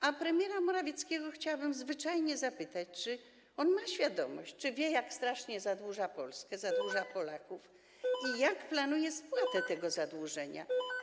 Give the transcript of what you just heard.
A premiera Morawieckiego chciałabym zwyczajnie zapytać, czy on ma świadomość, czy wie, jak strasznie zadłuża Polskę, zadłuża Polaków, i jak planuje spłatę tego zadłużenia.